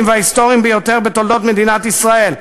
וההיסטוריים ביותר בתולדות מדינת ישראל.